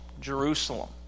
Jerusalem